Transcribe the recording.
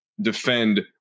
defend